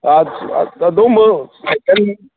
ꯑꯗꯣꯝꯕꯨ ꯀꯔꯤ